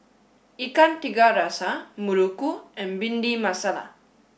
Ikan Tiga Rasa Muruku and Bhindi Masala